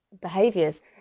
behaviors